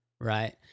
right